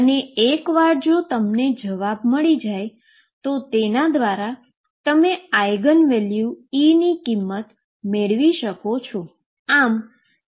અને એક વાર જો તમને જવાબ મળી જાય તો તેના દ્વારા તમે આઈગન વેલ્યુ E ની કિંમત મેળવી શકો છો